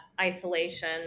isolation